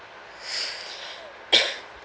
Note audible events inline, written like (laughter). (breath) (coughs)